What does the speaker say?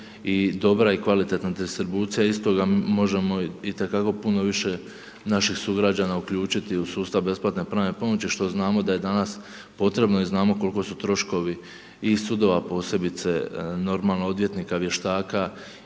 i dobra i kvalitetna distribucija istoga možemo itekako puno više naših sugrađana uključiti u sustav besplatne pravne pomoći što znamo da je danas potrebno. I znamo koliko su troškovi i sudova posebice normalo odvjetnika, vještaka